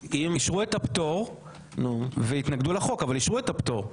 אישרו את הפטור והתנגדו לחוק אבל אישרו את הפטור.